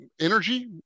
energy